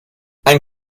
ein